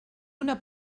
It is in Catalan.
una